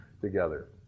together